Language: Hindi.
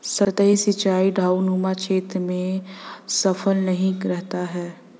सतही सिंचाई ढवाऊनुमा क्षेत्र में सफल नहीं रहता है